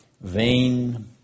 vain